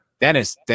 dennis